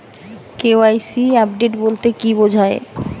KYC update বলতে কি বোঝায়?